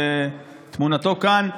שתמונתו כאן,